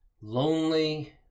lonely